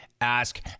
Ask